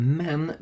men